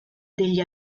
degli